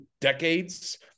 decades